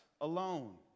alone